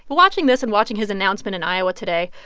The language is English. but watching this and watching his announcement in iowa today,